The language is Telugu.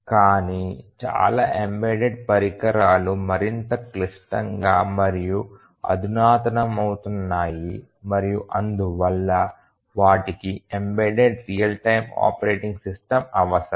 కానీ చాలా ఎంబెడెడ్ పరికరాలు మరింత క్లిష్టంగా మరియు అధునాతనమవుతున్నాయి మరియు అందువల్ల వాటికి embedded real time operating system అవసరం